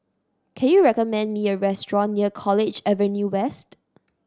can you recommend me a restaurant near College Avenue West